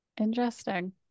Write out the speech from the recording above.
Interesting